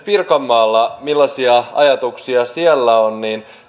pirkanmaalla millaisia ajatuksia siellä on jos